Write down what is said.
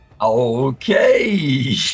Okay